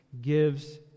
gives